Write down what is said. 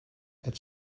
het